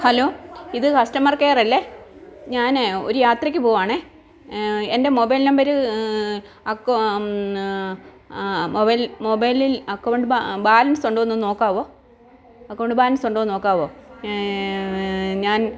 hello ഇത് customer കെയറല്ലെ ഞാൻ ഒരു യാത്രയ്ക്ക് പോവാണേൽ എൻ്റെ മൊബൈൽ നമ്പർ അക്കൊ മൊബൈൽ മൊബൈലിൽ അക്കൗണ്ട് ബാലൻസൊണ്ടോന്നൊന്ന് നോക്കാവോ അക്കൗണ്ട് ബാലൻസൊണ്ടോന്ന് നോക്കാവോ ഞാൻ